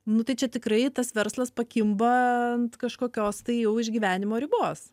nu tai čia tikrai tas verslas pakimba ant kažkokios tai jau išgyvenimo ribos